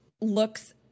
looks